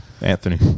Anthony